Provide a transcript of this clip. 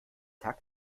tag